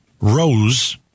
rose